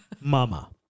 mama